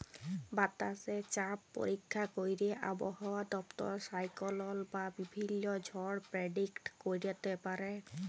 বাতাসে চাপ পরীক্ষা ক্যইরে আবহাওয়া দপ্তর সাইক্লল বা বিভিল্ল্য ঝড় পের্ডিক্ট ক্যইরতে পারে